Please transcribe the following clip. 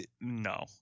no